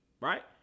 Right